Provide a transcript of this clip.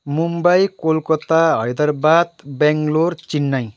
Mumbai Kolkata Hyderabad Bangalore Chennai